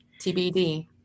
TBD